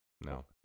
No